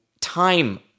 time